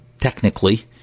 technically